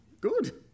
Good